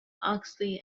oxley